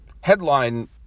headline